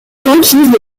conquise